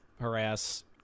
harass